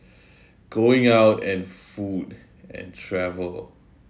going out and food and travel